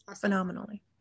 phenomenally